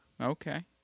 Okay